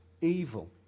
evil